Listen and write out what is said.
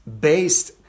based